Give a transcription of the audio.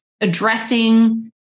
addressing